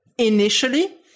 initially